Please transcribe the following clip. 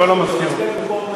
לא למזכירה.